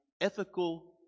ethical